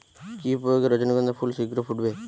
কি প্রয়োগে রজনীগন্ধা ফুল শিঘ্র ফুটবে?